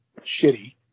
shitty